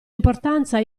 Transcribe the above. importanza